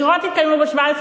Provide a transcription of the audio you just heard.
לוודא שהוא לא נחנק בלילה?